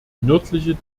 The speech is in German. nördliche